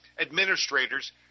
administrators